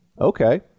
Okay